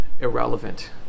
irrelevant